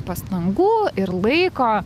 pastangų ir laiko